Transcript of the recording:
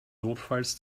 notfalls